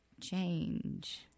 change